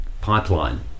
pipeline